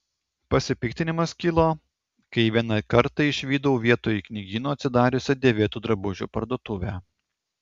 pasipiktinimas kilo kai vieną kartą išvydau vietoj knygyno atsidariusią dėvėtų drabužių parduotuvę